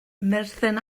myrddin